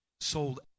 Sold